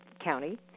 county